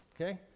Okay